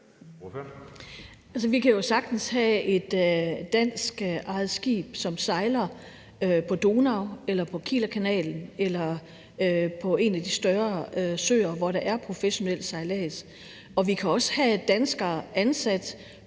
Vi kan jo sagtens have et danskejet skib, som sejler på Donau, på Kielerkanalen eller på en af de større søer, hvor der er professionel sejlads, og vi kan også have danskere ansat